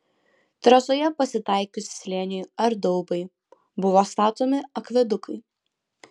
trasoje pasitaikius slėniui ar daubai buvo statomi akvedukai